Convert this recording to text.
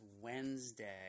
Wednesday